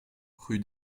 rue